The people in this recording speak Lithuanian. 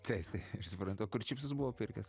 sėsti aš suprantu o kur čipsus buvo pirkęs